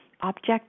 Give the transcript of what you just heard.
object